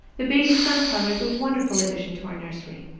the babies' sun parlor is a wonderful addition to our nursery.